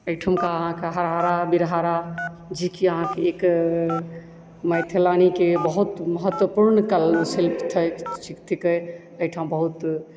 एहिठामका आहाँके हरहारा बिरहारा जेकि आहाँके एक मैथिलानीकेँ बहुत महत्वपूर्ण कला थिकै एहिठाम बहुत